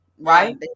right